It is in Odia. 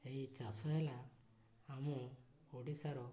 ଏହି ଚାଷ ହେଲା ଆମ ଓଡ଼ିଶାର